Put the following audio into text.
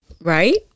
Right